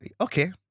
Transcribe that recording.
Okay